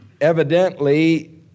evidently